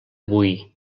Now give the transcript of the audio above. boí